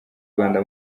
rwanda